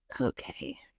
Okay